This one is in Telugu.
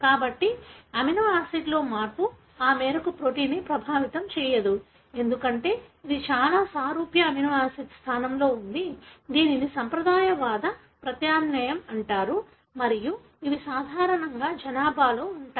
కాబట్టి అమినో ఆసిడ్లో మార్పు ఆ మేరకు ప్రోటీన్ను ప్రభావితం చేయదు ఎందుకంటే ఇది చాలా సారూప్య అమినోఆసిడ్ స్థానంలో ఉంది దీనిని సంప్రదాయవాద ప్రత్యామ్నాయం అంటారు మరియు ఇవి సాధారణంగా జనాభాలో ఉంటాయి